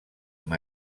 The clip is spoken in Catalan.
amb